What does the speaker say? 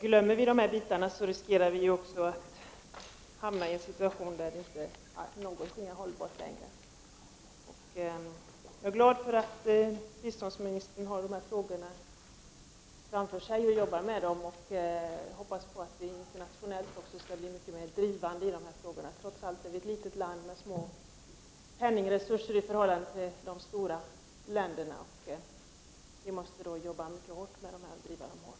Glömmer vi de här frågorna, riskerar vi att hamna i en situation där ingenting längre håller. Jag är glad för att biståndsministern arbetar med dessa frågor, och jag hoppas att vi internationellt skall bli mera pådrivande i dessa sammanhang. Sverige är ett litet land med i förhållande till de stora länderna små penningresurser, och vi måste därför driva dessa frågor mycket hårt.